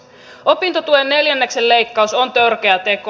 opintotuen neljänneksen leikkaus on törkeä teko